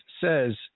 says